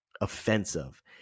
offensive